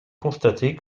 constater